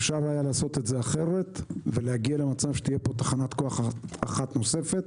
אפשר היה לעשות את זה אחרת ולהגיע למצב שתהיה תחנת כוח אחת נוספת.